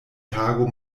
tago